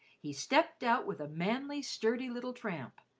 he stepped out with a manly, sturdy little tramp,